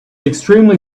extremely